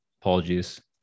Apologies